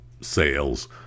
sales